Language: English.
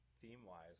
theme-wise